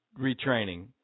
retraining